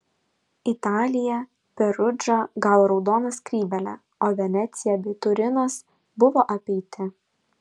italija perudža gavo raudoną skrybėlę o venecija bei turinas buvo apeiti